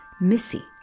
Missy